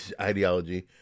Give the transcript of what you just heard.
ideology